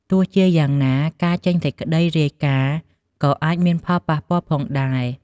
ទោះជាយ៉ាងណាការចេញសេចក្តីរាយការណ៍ក៏អាចមានផលប៉ះពាល់ផងដែរ។